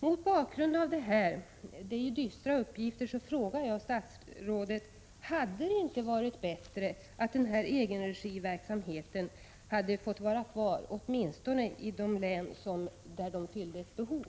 Mot bakgrund av dessa dystra uppgifter frågar jag statsrådet: Hade det inte varit bättre att den här egenregiverksamheten hade fått vara kvar åtminstone i de län där den fyllde ett behov?